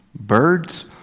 birds